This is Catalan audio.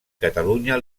catalunya